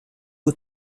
who